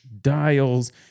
dials